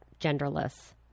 genderless